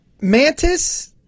Mantis